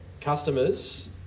customers